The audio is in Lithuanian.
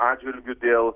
atžvilgiu dėl